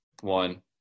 one